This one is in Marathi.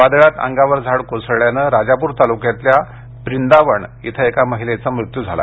वादळात अंगावर झाड कोसळल्यानं राजापूर तालुक्यातल्या प्रिंदावण इथं एका महिलेचा मृत्यू झाला